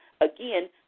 again